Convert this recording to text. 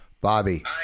Bobby